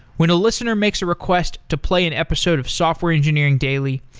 when a listener makes a request to play an episode of software engineering daily,